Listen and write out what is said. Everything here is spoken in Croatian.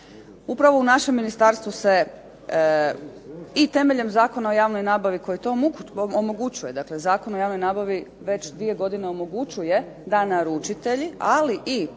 upravo u našem Ministarstvu se i temeljem Zakona o javnoj nabavi kojim se to omogućuje, dakle Zakon o javnoj nabavi već dvije godine omogućuje da naručitelji ali i